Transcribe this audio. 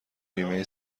بیمه